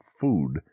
food